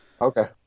Okay